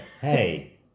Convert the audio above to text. hey